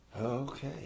Okay